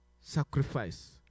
Sacrifice